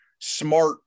smart